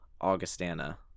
Augustana